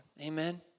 Amen